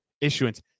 issuance